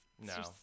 No